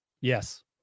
Yes